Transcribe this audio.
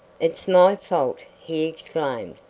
it's my fault, he exclaimed,